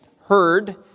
heard